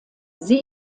sie